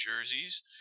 jerseys